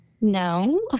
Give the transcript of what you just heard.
No